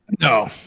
no